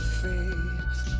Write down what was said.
fate